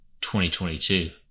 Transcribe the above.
2022